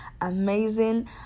amazing